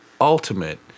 ultimate